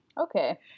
Okay